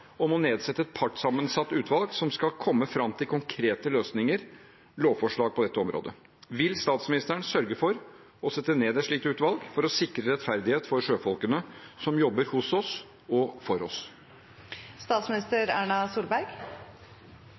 om å nedsette et partssammensatt utvalg som skal komme fram til konkrete løsninger og lovforslag på dette området. Vil statsministeren sørge for å sette ned et slikt utvalg for å sikre rettferdighet for sjøfolkene som jobber hos oss og for